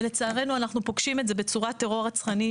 ולצערנו אנחנו פוגשים את זה בצורת טרור רצחני,